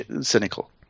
cynical